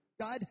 God